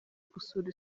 gusura